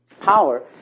power